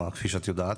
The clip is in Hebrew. כפי שאת יודעת